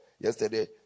Yesterday